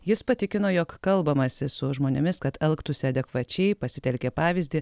jis patikino jog kalbamasi su žmonėmis kad elgtųsi adekvačiai pasitelkė pavyzdį